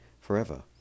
forever